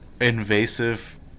invasive